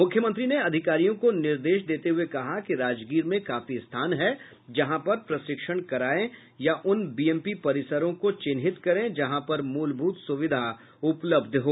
मुख्यमंत्री ने अधिकारियों को निर्देश देते हुए कहा कि राजगीर में काफी स्थान है जहां पर प्रशिक्षण करायें या उन बीएमपी परिसरों को चिन्हित करें जहां पर मूलभूत सुविधा उपलब्ध हो